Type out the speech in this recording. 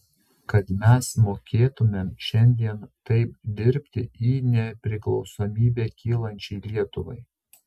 kad mes mokėtumėm šiandien taip dirbti į nepriklausomybę kylančiai lietuvai